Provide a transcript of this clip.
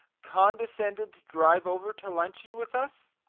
condescended to drive over to luncheon with us?